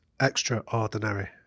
Extraordinary